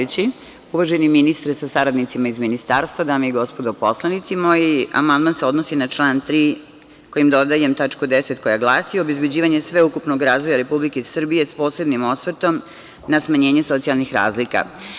Uvaženi ministre sa saradnicima iz Ministarstva, dame i gospodo narodni poslanici, amandman se odnosi na član 3. kojim dodajem tačku 10) a koja glasi: „Obezbeđivanje sveukupnog razvoja Republike Srbije sa posebnim osvrtom na smanjenje socijalnih razlika“